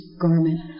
garment